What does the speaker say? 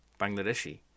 Bangladeshi